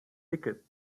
ticket